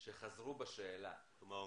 אם חייל מתגייס לצה"ל מאיזה שהוא מאגר חובות,